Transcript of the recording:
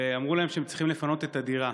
ואמרו להם שהם צריכים לפנות את הדירה